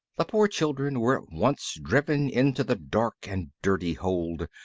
the poor children were at once driven into the dark and dirty hold,